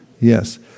Yes